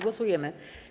Głosujemy.